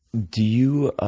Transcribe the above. do you